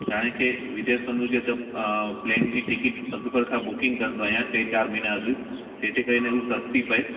छा आहे के विदेश वञिणो हुजे त प्लेन जी टिकिट अॻु भर खां बुकिंग कंदो आहियां टे चारि महिना अॻु जेते करे न उहा सस्ती पए